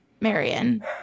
Marion